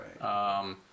right